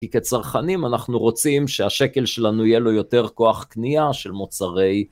כי כצרכנים אנחנו רוצים שהשקל שלנו יהיה לו יותר כוח קנייה, של מוצרי...